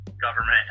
government